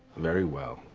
very well.